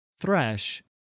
Thresh